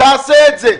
תעשה את זה.